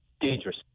dangerous